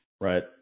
right